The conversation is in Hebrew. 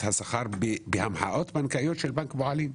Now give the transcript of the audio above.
השכר בהעברות בנקאיות של בנק פועלים.